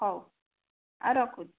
ହଉ ଆଉ ରଖୁ